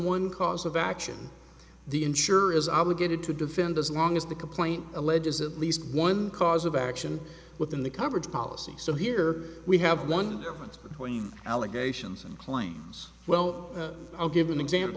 one cause of action the insurer is obligated to defend as long as the complaint alleges at least one cause of action within the coverage policy so here we have one difference between allegations and claims well i'll give an example